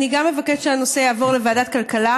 אני גם מבקשת שהנושא יעבור לוועדת הכלכלה,